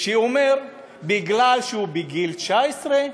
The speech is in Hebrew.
מכיוון שהוא בגיל 19,